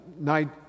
night